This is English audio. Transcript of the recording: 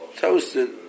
toasted